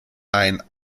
ein